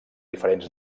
diferents